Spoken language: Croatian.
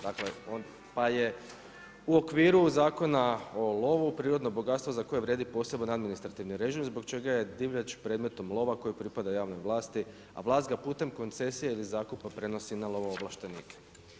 Dakle, pa je u okviru Zakona o lovu, prirodno bogatstvo za koje vrijedi posebni administrativni režim, zbog čega je divljač predmetom lova koji pripada javnoj vlasti, a vlast ga putem koncesije ili zakupa prenosi na lovoovlaštenike.